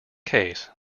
case